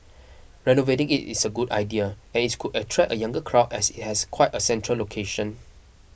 renovating it is a good idea and it could attract a younger crowd as it has quite a central location